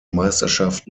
meisterschaft